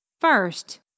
First